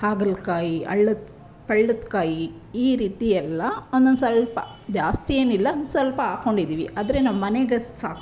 ಹಾಗಲಕಾಯಿ ಹಳ್ಳದ ಪಳ್ಳದ ಕಾಯಿ ಈ ರೀತಿ ಎಲ್ಲ ಒಂದೊಂದು ಸ್ವಲ್ಪ ಜಾಸ್ತಿ ಏನಿಲ್ಲ ಒಂದು ಸ್ವಲ್ಪ ಹಾಕ್ಕೊಂಡಿದ್ದೀವಿ ಆದರೆ ನಮ್ಮ ಮನೆಗಷ್ಟು ಸಾಕು